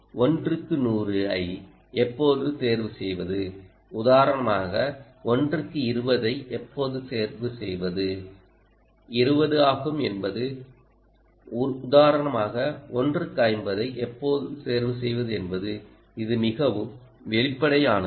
1 க்கு 100 ஐ எப்போது தேர்வு செய்வது உதாரணமாக 1 க்கு 20 ஐ எப்போது தேர்வு செய்வது 20 ஆகும் என்பது உதாரணமாக 1 க்கு 50 ஐ எப்போது தேர்வு செய்வது என்பது இது மிகவும் வெளிப்படையானது